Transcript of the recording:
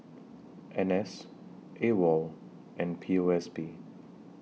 N S AWOL and P O S B